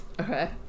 Okay